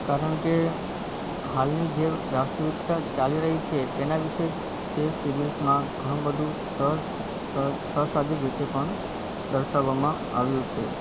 કારણ કે હાલની જે વાસ્તવિકતા ચાલી રહી છે તેના વિશે જ તે સીરિઅલ્સમાં ઘણું બધું સરસ સહ સહ સાહજિક રીતે પણ દર્શાવવામાં આવ્યું છે